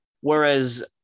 whereas